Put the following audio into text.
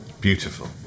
Beautiful